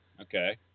Okay